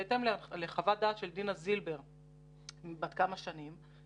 בהתאם לחוות דעת של דינה זילבר שהיא בת כמה שנים,